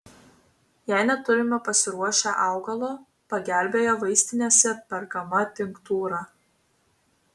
jei neturime pasiruošę augalo pagelbėja vaistinėse perkama tinktūra